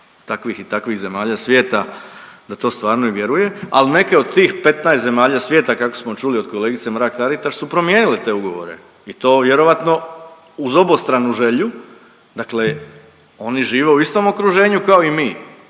takvih i takvih zemalja svijeta da to stvarno i vjeruje, ali neke od tih 15 zemalja svijeta kako smo čuli od kolegice Mrak-Taritaš su promijenile te ugovore i to vjerojatno uz obostranu želju. Dakle, oni žive u istom okruženju kao i mi.